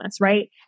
right